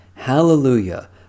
Hallelujah